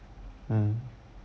uh